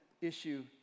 issue